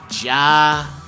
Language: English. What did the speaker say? Ja